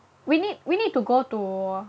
we need we need to go to